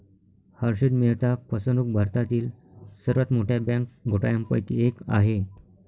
हर्षद मेहता फसवणूक भारतातील सर्वात मोठ्या बँक घोटाळ्यांपैकी एक आहे